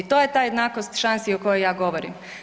To je ta jednakost šansi o kojoj ja govorim.